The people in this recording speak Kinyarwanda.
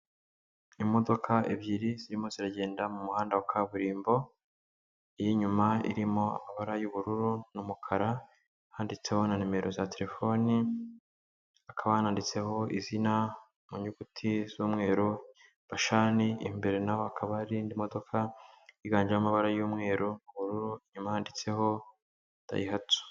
Imodoka ebyiri zirimo ziragenda mu muhanda wa kaburimbo, iy'inyuma irimo amabara y'ubururu n'umukara, handitseho na nimero za telefone, hakaba handitseho izina mu nyuguti z'umweru, bashani imbere naho hakaba hari indi modoka yiganjemo amabara y'umweru, ubururu, inyuma yanditseho dayihatsu.